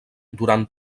durant